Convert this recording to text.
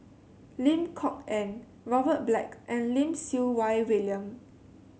Lim Kok Ann Robert Black and Lim Siew Wai William